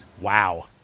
Wow